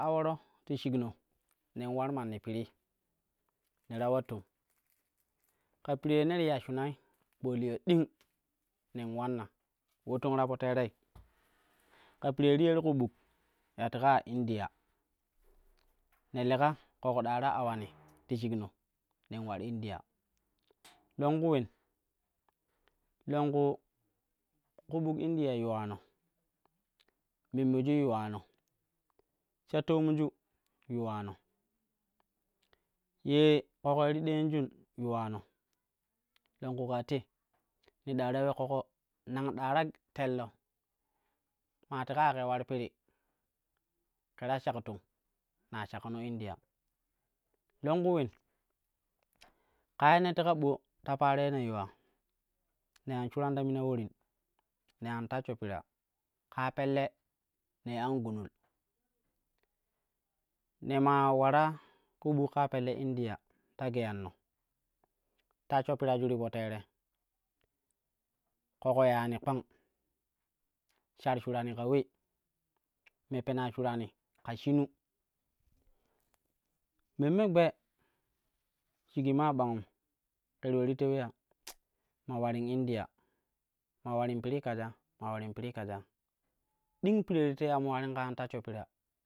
Aworo ti shikno ne ular manni piri ne ta ular tong, ka pire ne ti ya shunai kpaliya ding ne ulannan ulo tong ta po teerei ka piree ti ye ti ku buk ya teka ya india ne leka ƙoƙo ɗa ta aulani ti shikno nen ular india longku ulen longku ku buk india yuwano memme ju yuwano, sha toomju yuwano, ye ƙoƙo ye ti ɗeenjun yuwano longku kaa te ne ɗa ta ule ƙoƙo nang ɗa ta telno maa teka ya ke ular piri ke ta shak tong, na shakono india, longku ulen kaa ye ne tella ɓo ta paro ye ne yuwa nei an shuran ta mina ulorin, nei an tashsho pira kaa pelle nee an gunul ne maa ulara ku buk kaa pelle india ta geyanno tashsho piraju ti po teere ƙoƙo yani kpang shar surani ka ule, me penaa shurani shinu. Memme gbe shigi maa bagum ke ti ule ti tewi ya ma ularin india ma ularin piri kajaa, ma ularin prir kajaa ding piree ti twei ya mo ularin ka an tashsho pira